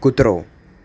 કૂતરો